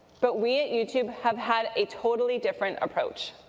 but we at youtube have had a totally different approach.